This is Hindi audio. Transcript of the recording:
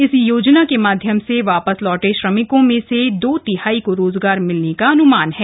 इस योजना के माध्यम से वापस लौटे श्रमिकों में से दो तिहाई को रोजगार मिलने का अन्मान है